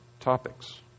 topics